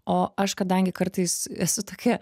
o aš kadangi kartais esu tokia